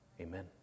Amen